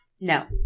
No